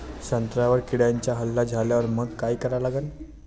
संत्र्यावर किड्यांचा हल्ला झाल्यावर मंग काय करा लागन?